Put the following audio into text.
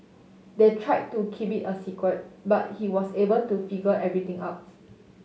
they tried to keep it a secret but he was able to figure everything out